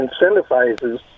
incentivizes